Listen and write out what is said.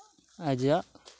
ᱟᱡᱟᱜ